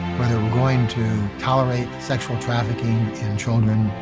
whether we're going to tolerate sexual trafficking in children.